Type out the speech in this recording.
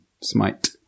Smite